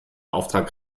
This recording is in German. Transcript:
auftrag